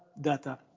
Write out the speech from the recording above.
data